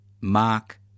mark